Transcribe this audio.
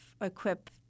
equip